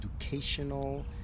educational